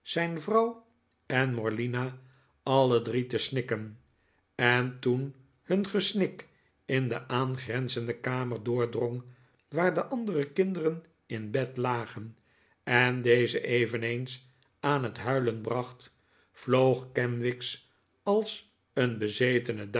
zijn vrouw en morzina alle drie te snikken en toen hun gesnik in de aangrenzende kamer doordrong waar de andere kinderen in bed lagen en deze eveneens aan het huilen bracht vloog kenwigs als een bezetene